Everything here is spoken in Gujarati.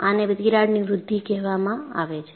આને તિરાડની વૃદ્ધિ કહેવામાં આવે છે